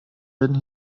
werden